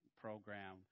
program